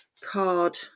card